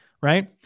right